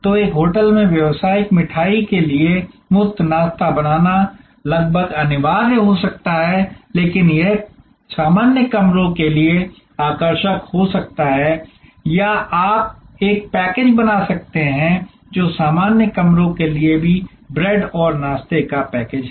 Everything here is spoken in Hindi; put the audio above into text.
तो एक होटल में व्यवसायिक मिठाई के लिए मुफ्त नाश्ता बनाना लगभग अनिवार्य हो सकता है लेकिन यह सामान्य कमरों के लिए आकर्षक हो सकता है या आप एक पैकेज बना सकते हैं जो सामान्य कमरों के लिए भी ब्रेड और नाश्ते का पैकेज है